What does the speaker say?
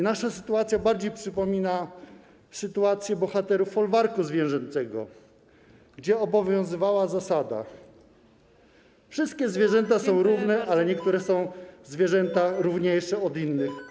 Nasza sytuacja bardziej przypomina sytuację bohaterów „Folwarku zwierzęcego”, gdzie obowiązywała zasada: wszystkie zwierzęta są równe, ale niektóre są równiejsze od innych.